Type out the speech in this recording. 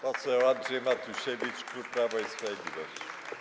Poseł Andrzej Matusiewicz, klub Prawo i Sprawiedliwość.